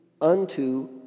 unto